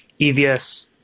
EVS